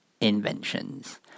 inventions